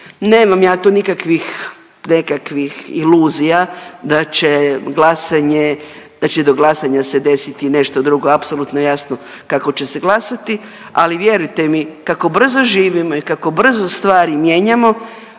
iluzija da će glasanje da će do glasanja se desiti nešto drugo, apsolutno jasno kako će se glasati. Ali vjerujte mi kako brzo živimo i kako brzo stvari mijenjamo,